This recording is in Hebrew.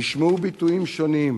נשמעו ביטויים שונים: